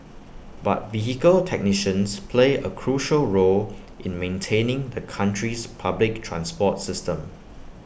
but vehicle technicians play A crucial role in maintaining the country's public transport system